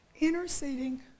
interceding